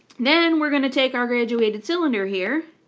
then we're going to take our graduated cylinder here,